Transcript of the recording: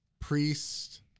Priest